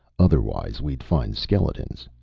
otherwise we'd find skeletons.